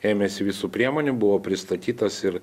ėmėsi visų priemonių buvo pristatytas ir